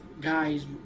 guys